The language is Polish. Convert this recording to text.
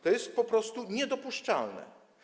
To jest po prostu niedopuszczalne.